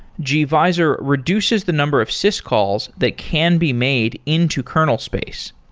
gvisor reduces the number of syscalls that can be made into kernel space.